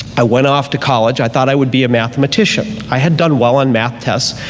i went off to college, i thought i would be a mathematician, i had done well on math tests,